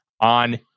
on